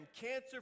cancer